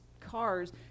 cars